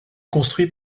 construit